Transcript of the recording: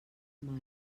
mai